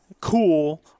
cool